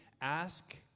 ask